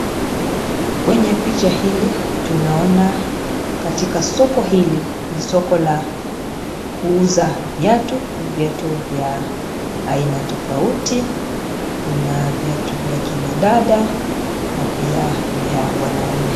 Kwenye picha hili ,tunaone katika soko hili ni soko la kuuza viatu. Viatu vya aina tofauti kuna viatu vya kina dada na pia vya wanaume.